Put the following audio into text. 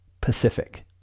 Pacific